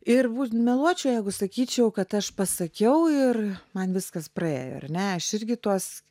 ir meluočiau jeigu sakyčiau kad aš pasakiau ir man viskas praėjo ar ne aš irgi tuos